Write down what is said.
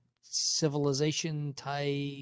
civilization-type